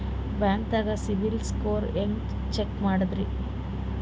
ಬ್ಯಾಂಕ್ದಾಗ CIBIL score ಹೆಂಗ್ check ಮಾಡದ್ರಿ?